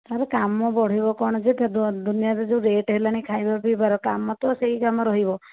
sir କାମ ବଢ଼ିବ କ'ଣ ଯେ ଦୁନିଆଁରେ ଯେଉଁ ରେଟ ହେଲାଣି ଖାଇବା ପିଇବାର କାମ ତ ସେଇ କାମ ରହିବ